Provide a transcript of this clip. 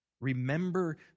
remember